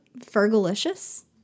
fergalicious